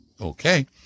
Okay